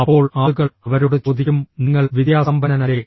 അപ്പോൾ ആളുകൾ അവരോട് ചോദിക്കുംഃ നിങ്ങൾ വിദ്യാസമ്പന്നനല്ലേ